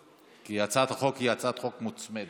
כי הצעת החוק היא הצעת חוק מוצמדת.